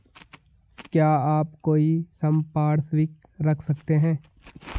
क्या आप कोई संपार्श्विक रख सकते हैं?